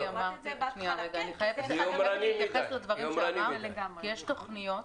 אני חייבת להתייחס לדברים שאמרת כי יש תוכניות,